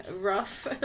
rough